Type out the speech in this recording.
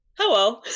Hello